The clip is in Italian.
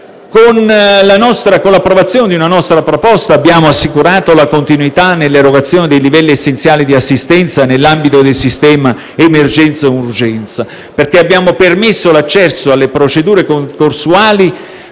con l'approvazione di una nostra proposta abbiamo assicurato la continuità nell'erogazione dei livelli essenziali di assistenza nell'ambito del sistema emergenza-urgenza, perché abbiamo permesso l'accesso alle procedure concorsuali